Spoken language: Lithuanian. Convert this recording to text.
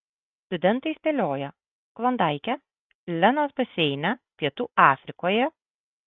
studentai spėlioja klondaike lenos baseine pietų afrikoje